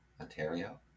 Ontario